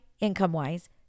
income-wise